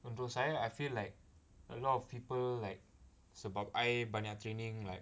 untuk saya I feel like a lot of people like sebab I banyak training like